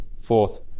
Fourth